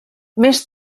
més